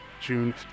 June